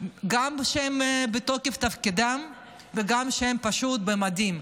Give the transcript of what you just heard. גם כשהם בתוקף תפקידם וגם כשהם פשוט במדים.